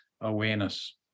awareness